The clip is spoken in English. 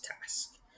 task